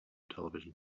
television